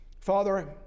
Father